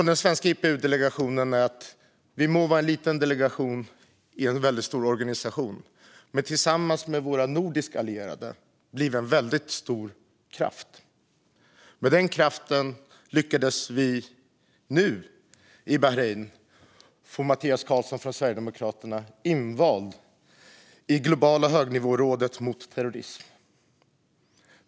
Den svenska IPU-delegationen må vara en liten delegation i en väldigt stor organisation, men tillsammans med våra nordiska allierade blir vi en väldigt stor kraft. Med den kraften lyckades vi nu i Bahrain få Mattias Karlsson från Sverigedemokraterna invald i det globala högnivårådet mot terrorism.